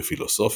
בפילוסופיה,